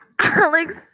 Alex